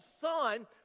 son